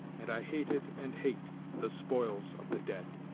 and i hated and hate the spoils of the dead.